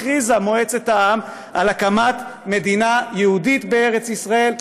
הכריזה מועצת העם על הקמת מדינה יהודית בארץ ישראל,